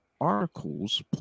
articles